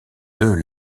deux